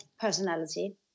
personality